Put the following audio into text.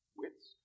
wits